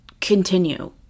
continue